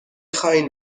خواین